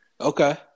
Okay